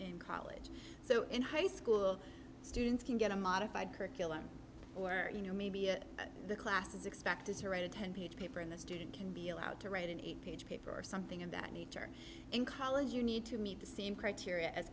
in college so in high school students can get a modified curriculum or you know maybe a the class is expected to write a ten page paper in the student can be allowed to write an eight page paper or something of that nature in college you need to meet the same criteria as